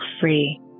free